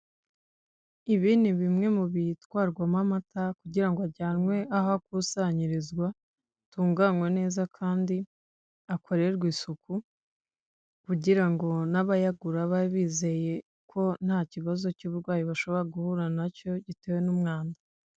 Ibi ni bimwe mu bitwarwamo amata kugira ngo ajyanwe aho akusanyirizwa atunganywe neza kandi akorerwe isuku, kugira ngo n'abayagura babe bizeye ko ntakibazo cy'uburwayi bashobora guhura nacyo gitewe n'umwanda.